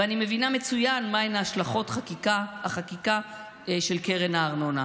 ואני מבינה מצוין מהן השלכות החקיקה של קרן הארנונה,